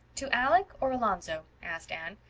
to alec or alonzo? asked anne.